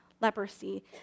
leprosy